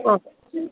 okay